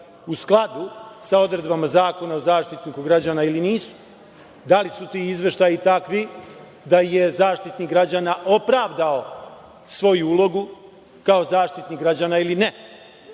u skladu sa odredbama Zakona o Zaštitniku građana ili nisu; da li su ti izveštaji takvi da je Zaštitnik građana opravdao svoju ulogu kao Zaštitnik građana ili ne;